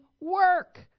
work